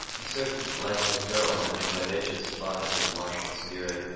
a certain light-haired girl had made vivacious fun at his martial spirit,